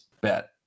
bet